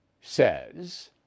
says